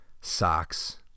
socks